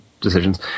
decisions